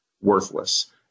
worthless